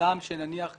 שאדם שנניח,